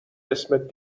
اسمت